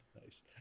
Nice